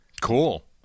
Cool